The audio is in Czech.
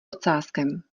ocáskem